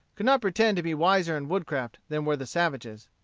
could not pretend to be wiser in woodcraft than were the savages.